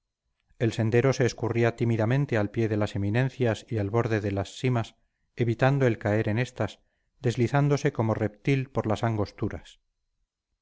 el sendero se escurría tímidamente al pie de las eminencias y al borde de las simas evitando el caer en estas deslizándose como reptil por las angosturas